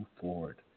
forward